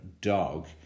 dog